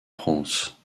france